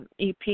EP